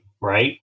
right